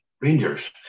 Rangers